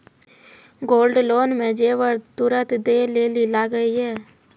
Gold loan मे जेबर तुरंत दै लेली लागेया?